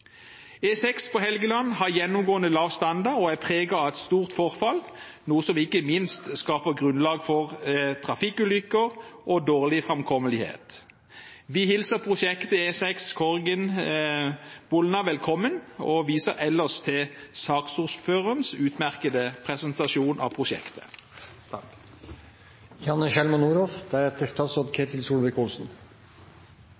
på Helgeland har gjennomgående lav standard og er preget av et stort forfall, noe som ikke minst skaper grunnlag for trafikkulykker og dårlig framkommelighet. Vi hilser prosjektet E6 Korgen–Bolna velkommen og viser ellers til saksordførerens utmerkede presentasjon av prosjektet.